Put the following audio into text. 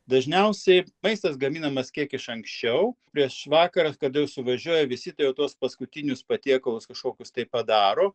dažniausiai maistas gaminamas kiek iš anksčiau prieš vakaras kada jau suvažiuoja visi tai jau tuos paskutinius patiekalus kažkokius tai padaro